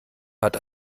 hat